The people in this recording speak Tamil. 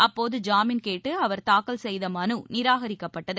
அப்போது ஜாமீன் கேட்டு அவர் தாக்கல் செய்த மனு நிராகரிக்கப்பட்டது